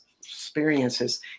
experiences